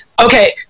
Okay